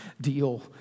deal